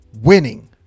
winning